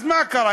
אז מה קרה?